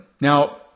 Now